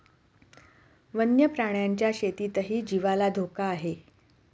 वन्य प्राण्यांच्या शेतीतही जीवाला धोका आहे